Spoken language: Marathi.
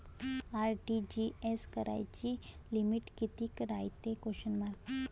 आर.टी.जी.एस कराची लिमिट कितीक रायते?